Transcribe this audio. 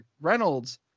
Reynolds